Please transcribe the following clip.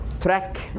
track